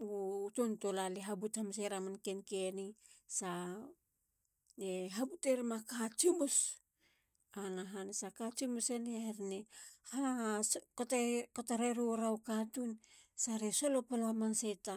u toun tolala e habut hamanaseyer a manken keni, sa e habuteruma ka tsimus ahana han, sa ka tsimus eni e herene hakato rerora ukatun, sa re solopala hamanasa.